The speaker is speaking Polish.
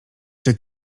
czy